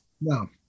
No